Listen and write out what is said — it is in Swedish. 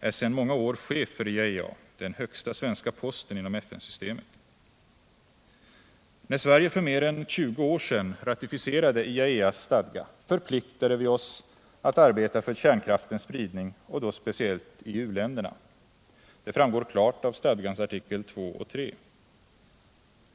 är sedan många år chef för IAEA, den högsta svenska posten inom FN-systemet. När Sverige för mer än 20 år sedan ratificerade IAEA:s stadga förpliktade vi oss att arbeta för kärnkraftens spridning och då speciellt i uländerna. Det framgår klart av stadgans artiklar II och III.